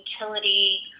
utility